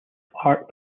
art